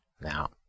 Now